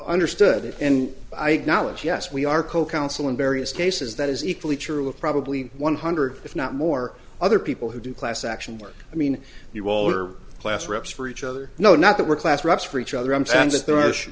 understood and i acknowledge yes we are co counsel in various cases that is equally true of probably one hundred if not more other people who do class action work i mean you all are class reps for each other no not that we're class reps for each other i'm